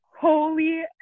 holy